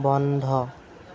বন্ধ